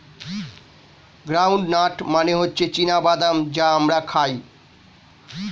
ground nut মানে হচ্ছে চীনা বাদাম যা আমরা খাই